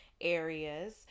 areas